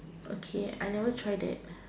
okay I never try that